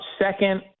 Second